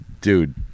Dude